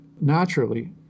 Naturally